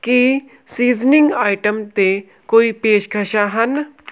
ਕੀ seasoning item 'ਤੇ ਕੋਈ ਪੇਸ਼ਕਸ਼ਾਂ ਹਨ